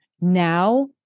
now